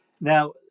Now